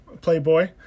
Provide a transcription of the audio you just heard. playboy